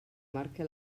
marca